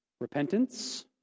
Repentance